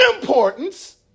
importance